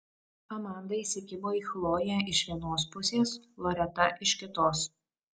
amanda įsikibo į chloję iš vienos pusės loreta iš kitos